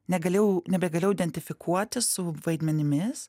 negalėjau nebegalėjau identifikuotis su vaidmenimis